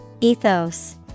Ethos